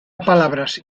palabras